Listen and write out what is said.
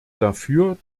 dafür